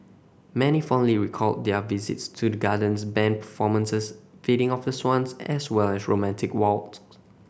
many fondly recalled their visits to the gardens band performances feeding of the swans as well as romantic walks